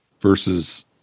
versus